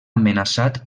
amenaçat